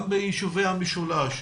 גם ביישובי המשולש,